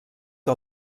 que